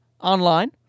online